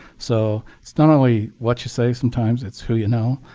so it's not only what you say sometimes, it's who you know.